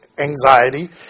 Anxiety